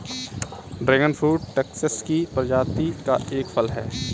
dragon fruit cactus की प्रजाति का एक फल है